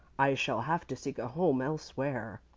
i shall have to seek a home elsewhere.